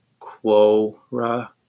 Quora